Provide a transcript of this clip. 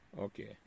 Okay